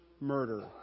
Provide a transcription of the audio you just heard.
murder